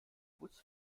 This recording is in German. bus